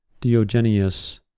Diogenes